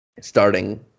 starting